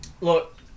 Look